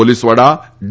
police વડા D